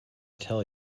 tell